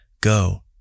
Go